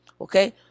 Okay